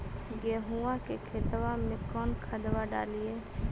गेहुआ के खेतवा में कौन खदबा डालिए?